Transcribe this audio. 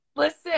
Listen